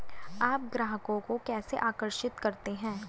आप ग्राहकों को कैसे आकर्षित करते हैं?